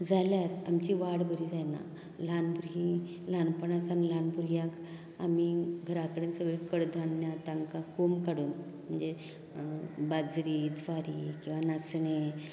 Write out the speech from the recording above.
जाल्यार आमची वाड बरी जायना ल्हान भुरगीं ल्हानपणासावन ल्हान भुरग्यांक आमी घरां कडेन सगळें कडधान्य तांकां कोंब काडून म्हणजे बाजरी ज्वारी किंवां नाचणी